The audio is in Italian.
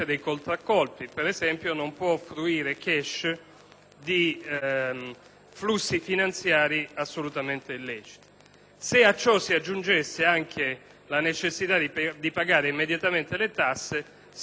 di flussi finanziari assolutamente leciti. Se a ciò si aggiungesse anche la necessità di pagare immediatamente le tasse si avrebbe la certa decozione dell'impresa stessa.